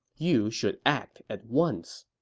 you should act at once.